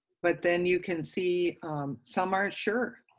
but then you can see some aren't sure.